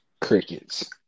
Crickets